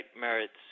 merits